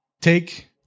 Take